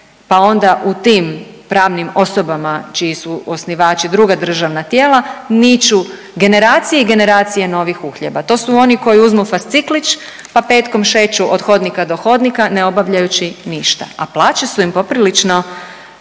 pa onda u tim pravnim osobama čiji su osnivači druga državna tijela niču generacije i generacije novih uhljeba. To su oni koji uzmu fasciklić, pa petkom šeću od hodnika do hodnika ne obavljajući ništa, a plaće su im poprilično